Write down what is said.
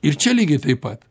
ir čia lygiai taip pat